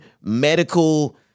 medical